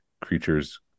creatures